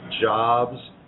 jobs